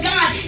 God